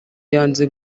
yanze